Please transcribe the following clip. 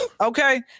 Okay